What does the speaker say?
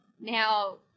Now